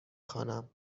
خوانم